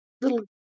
little